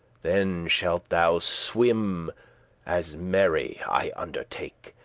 then shalt thou swim as merry, i undertake,